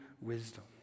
wisdom